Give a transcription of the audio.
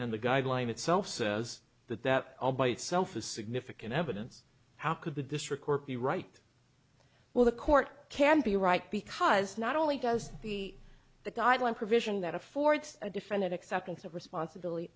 and the guideline itself says that that all by itself is significant evidence how could the district court be right well the court can be right because not only does the guideline provision that affords a defendant acceptance of responsibility